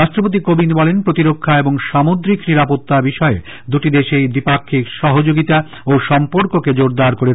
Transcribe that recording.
রাষ্ট্রপতি কোবিন্দ বলেন প্রতিরক্ষা এবং সামুদ্রিক নিরাপত্তা বিষয়ে দুটি দেশই দ্বিপাষ্কিক সহযোগিতা ও সম্পর্ককে জোরদার করেছে